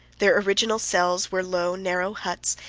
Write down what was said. their original cells were low, narrow huts,